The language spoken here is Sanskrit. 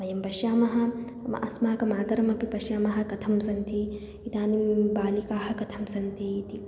वयं पश्यामः मम अस्माकं मातरमपि पश्यामः कथं सन्ति इदानीं बालिकाः कथं सन्ति इति